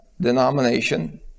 denomination